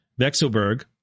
Vexelberg